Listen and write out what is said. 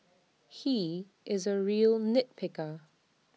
he is A real nit picker